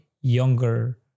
younger